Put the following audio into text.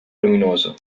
luminoso